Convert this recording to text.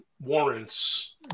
warrants